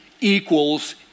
equals